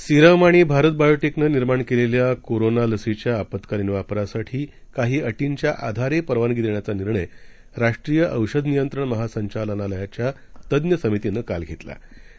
सिरमआणिभारतबायोटेकनंनिर्माणकेलेल्याकोरोनालसीच्याआपत्कालीनवापरासाठीकाहीअर्टीच्याआधारेपरवानगीदेण्याचानिर्णय राष्ट्रीयऔषधनियंत्रणमहासंचालनालयाच्यातज्ञसमितिनंघेतलाआहे